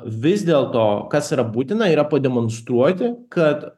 vis dėlto kas yra būtina yra pademonstruoti kad